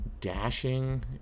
dashing